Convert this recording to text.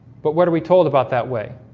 but what are we told about that way?